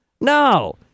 No